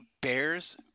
Bears